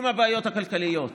עם הבעיות הכלכליות,